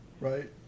Right